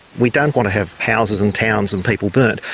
we don't want to have houses and towns and people burnt,